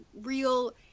real